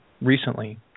recently